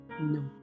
no